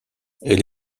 elle